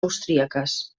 austríaques